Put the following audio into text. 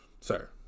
Sir